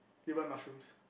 did you buy mushrooms